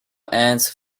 ants